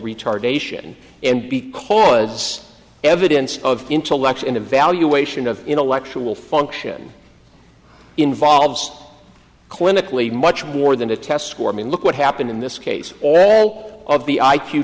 retardation and because evidence of intellect and evaluation of intellectual function involves clinically much more than a test score i mean look what happened in this case all of the i